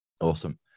Awesome